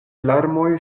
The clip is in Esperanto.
larmoj